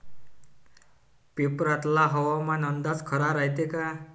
पेपरातला हवामान अंदाज खरा रायते का?